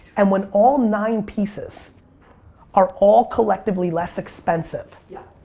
and when all nine pieces are all collectively less expensive yeah.